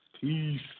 Peace